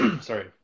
sorry